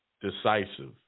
decisive